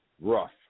rough